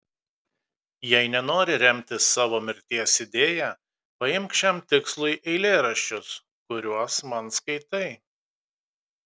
jei nenori remtis savo mirties idėja paimk šiam tikslui eilėraščius kuriuos man skaitai